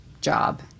job